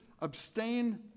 abstain